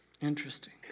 Interesting